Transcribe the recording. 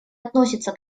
относится